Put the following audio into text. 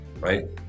right